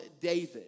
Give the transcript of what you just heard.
David